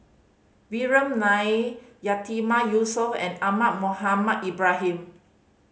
Vikram Nair Yatiman Yusof and Ahmad Mohamed Ibrahim